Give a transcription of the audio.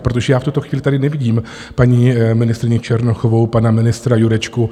Protože já v tuto chvíli tady nevidím paní ministryni Černochovou, pana ministra Jurečku.